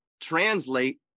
translate